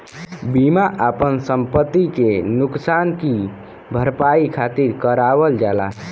बीमा आपन संपति के नुकसान की भरपाई खातिर करावल जाला